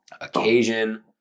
occasion